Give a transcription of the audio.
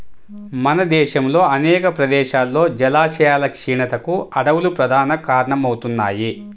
మన దేశంలో అనేక ప్రదేశాల్లో జలాశయాల క్షీణతకు అడవులు ప్రధాన కారణమవుతున్నాయి